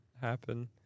happen